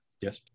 Yes